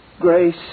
grace